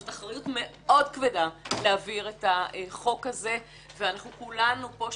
זאת אחריות מאוד כבדה להעביר את החוק הזה וכולנו פה שותפים.